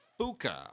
Fuka